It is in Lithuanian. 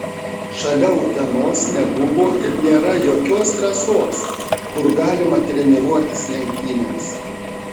šalia utenos nebuvo ir nėra jokios trasos kur galima treniruotis lenktynėms